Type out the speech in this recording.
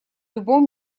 любом